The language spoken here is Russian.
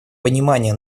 понимание